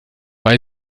bei